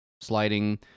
sliding